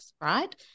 right